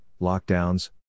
lockdowns